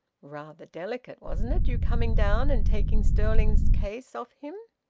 rather delicate, wasn't it, you coming down and taking stirling's case off him?